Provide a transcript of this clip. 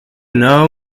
know